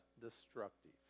destructive